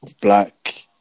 black